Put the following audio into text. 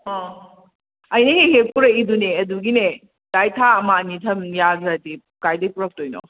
ꯑꯣ ꯑꯩꯅ ꯍꯦꯛ ꯍꯦꯛ ꯄꯨꯔꯛꯏꯗꯨꯅꯦ ꯑꯗꯨꯒꯤꯅꯦ ꯀꯥꯏ ꯊꯥ ꯑꯃꯅꯤ ꯊꯝꯕ ꯌꯥꯗ꯭ꯔꯗꯤ ꯀꯥꯏꯗꯩ ꯄꯨꯔꯛꯇꯣꯏꯅꯣ